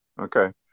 Okay